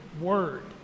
word